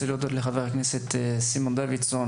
אני רוצה להודות לחבר הכנסת סימון דוידסון